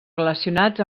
relacionats